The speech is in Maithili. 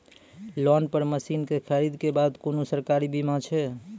लोन पर मसीनऽक खरीद के बाद कुनू सरकारी बीमा छै?